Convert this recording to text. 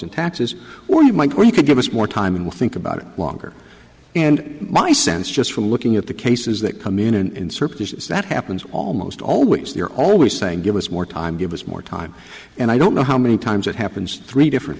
in taxes or you might or you could give us more to i mean think about it longer and my sense just from looking at the cases that come in and that happens almost always you're always saying give us more time give us more time and i don't know how many times it happens three different